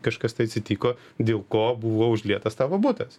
kažkas tai atsitiko dėl ko buvo užlietas tavo butas